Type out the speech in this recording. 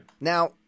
Now